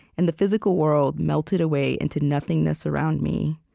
and the physical world melted away into nothingness around me.